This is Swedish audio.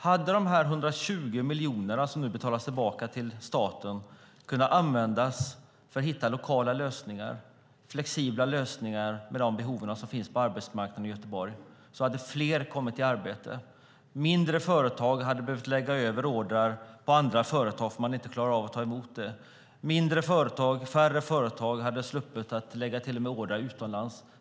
Hade de 120 miljoner som nu betalas tillbaka till staten kunnat användas för att hitta lokala flexibla lösningar för de behov som finns på arbetsmarknaden i Göteborg hade fler kommit i arbete. Färre företag hade behövt lägga över ordrer på andra företag därför att man inte klarar av att ta emot dem. Färre företag hade sluppit att till och med lägga order utomlands.